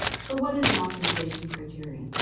so what is an optimization criterion?